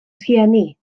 rhieni